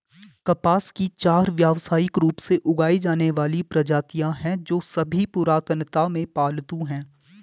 कपास की चार व्यावसायिक रूप से उगाई जाने वाली प्रजातियां हैं, जो सभी पुरातनता में पालतू हैं